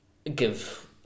give